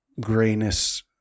grayness